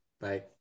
bye